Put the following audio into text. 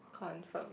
confirm